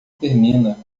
termina